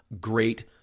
great